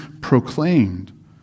proclaimed